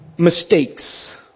mistakes